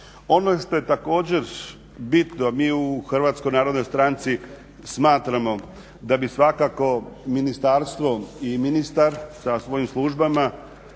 Ono što je također bitno mi u HNS-u smatramo da bi svakako ministarstvo i ministar sa svojim službama